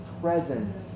presence